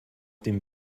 dem